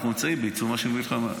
אנחנו נמצאים בעיצומה של מלחמה.